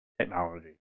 technology